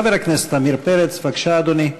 חבר הכנסת עמיר פרץ, בבקשה, אדוני,